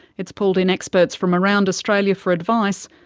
it's pulled in experts from around australia for advice,